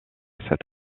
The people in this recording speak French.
cet